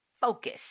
focus